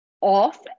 off